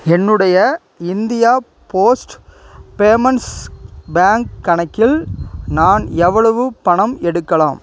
என்னுடைய India post payments bank கணக்கில் நான் எவ்வளவு பணம் எடுக்கலாம்